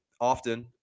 often